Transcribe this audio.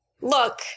look